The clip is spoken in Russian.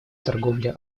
торговле